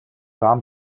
warm